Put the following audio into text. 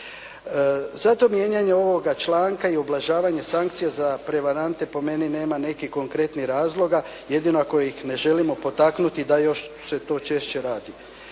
Zato mijenjanje ovoga članka i ublažavanje sankcija za prevarante po meni nema nekih konkretnih razloga jedino ako ih ne želimo potaknuti da još se to češće radi.